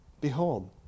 Behold